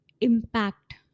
impact